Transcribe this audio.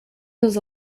dans